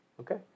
okay